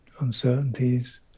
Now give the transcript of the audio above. uncertainties